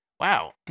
wow